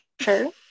sure